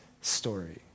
story